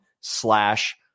slash